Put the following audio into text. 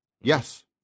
Yes